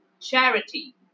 charity